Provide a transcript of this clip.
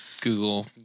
Google